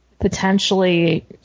potentially